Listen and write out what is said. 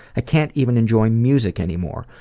i can't even enjoy music anymore.